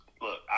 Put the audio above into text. look